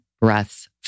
breaths